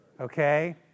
okay